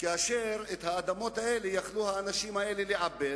כאשר את האדמות האלה יכלו האנשים האלה לעבד